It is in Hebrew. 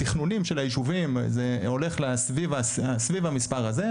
התכנונים של היישובים הולך סביב המספר הזה,